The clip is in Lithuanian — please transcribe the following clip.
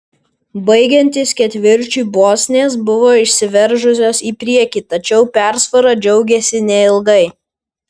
baigiantis ketvirčiui bosnės buvo išsiveržusios į priekį tačiau persvara džiaugėsi neilgai